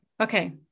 Okay